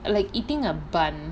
I like eating a bun